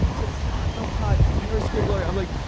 he's like stop, don't cry, i know this great lawyer. i'm like